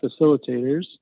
facilitators